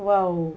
wow